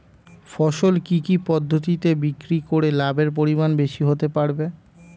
ফসল কি কি পদ্ধতি বিক্রি করে লাভের পরিমাণ বেশি হতে পারবে?